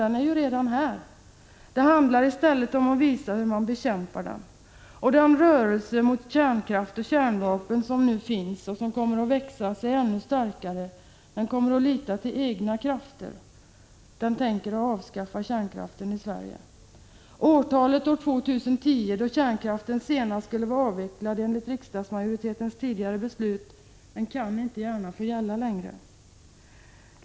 Den finns ju redan. Nej, i stället handlar det om att visa hur man kan komma till rätta med den. Den rörelse som nu kämpar mot kärnkraften och kärnvapnen och som kommer att växa sig ännu starkare kommer att lita till sina egna krafter. Denna rörelse vill avskaffa kärnkraften i Sverige. Årtalet 2010 — senast då skall ju kärnkraften vara avvecklad, enligt riksdagsmajoritetens tidigare beslut — kan inte gärna få gälla längre.